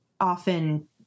often